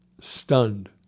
stunned